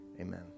amen